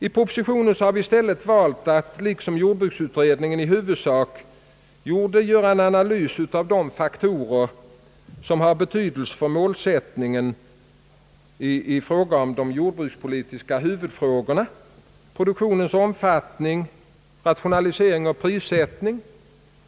I propositionen har vi i stället valt att göra en analys, i huvudsak på samma sätt som jordbruksutredningen, av de faktorer som har betydelse för målsättningen när det gäller de jordbrukspolitiska huvudfrågorna: produktionens omfattning, rationalisering och prissättning.